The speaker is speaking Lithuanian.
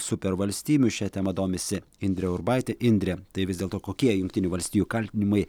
supervalstybių šia tema domisi indrė urbaitė indre tai vis dėlto kokie jungtinių valstijų kaltinimai